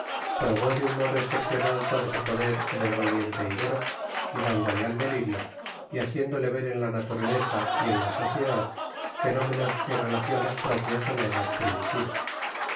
probó de un modo excepcional todo su poder en el valiente ibero llevándole al delirio y haciéndole ver en la naturaleza y en la sociedad fenómenos y relaciones propias de la edad primitiva